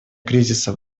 кризиса